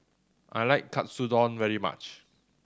I like Katsudon very much